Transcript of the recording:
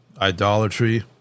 idolatry